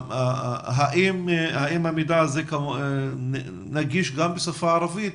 האם המידע הזה נגיש גם בשפה הערבית